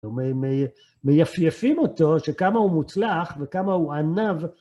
זאת אומרת, מייפיפים אותו שכמה הוא מוצלח וכמה הוא ענב.